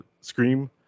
Scream